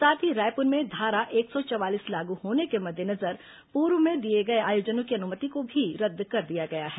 साथ ही रायपुर में धारा एक सौ चवालीस लागू होने के मद्देनजर पूर्व में दिए गए आयोजनों की अनुमति को भी रद्द कर दिया गया है